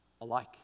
alike